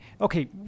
okay